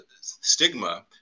stigma